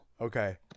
Okay